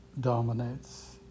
dominates